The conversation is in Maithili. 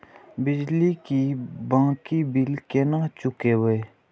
बिजली की बाकी बील केना चूकेबे?